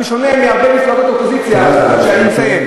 בשונה מהרבה מפלגות באופוזיציה שידעו